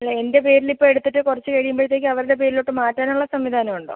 അല്ല എൻ്റെ പേരിൽ ഇപ്പോൾ എടുത്തിട്ട് കുറച്ച് കഴിയുമ്പഴത്തേക്കും അവരുടെ പേരിലോട്ട് മാറ്റാനുള്ള സംവിധാനം ഉണ്ടോ